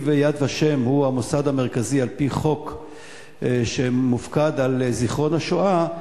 הואיל ו"יד ושם" הוא המוסד המרכזי על-פי חוק שמופקד על זיכרון השואה,